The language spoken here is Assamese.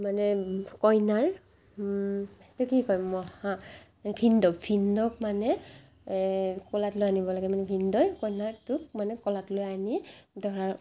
মানে কইনাৰ এইটো কি কয় মহা মানে ভিনদেউ ভিনদেউক মানে কোলাত লৈ আনিব লাগে ভিনদেৱে কইনাটোক মানে কোলাত লৈ আনি দৰাৰ